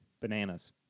Bananas